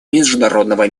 международного